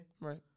Right